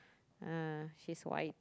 uh she's white